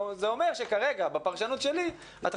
לכן בפרשנות שלי את הדברים שלך,